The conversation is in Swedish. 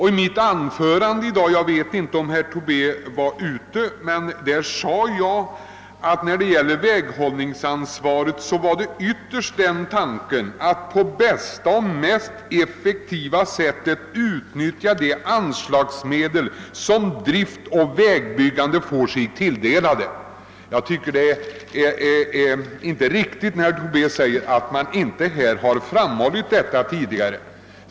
I mitt anförande i dag — jag vet inte om herr Tobé var ute då — sade jag också att när det gäller väghållningsansvaret var den främsta tanken att på bästa och mest effektiva sätt utnyttja de anslagsmedel som vägdrift och vägbyggande fått sig tilldelade. Jag tycker inte det är riktigt när herr Tobé säger att detta inte framhållits tidigare.